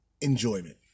enjoyment